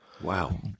Wow